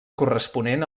corresponent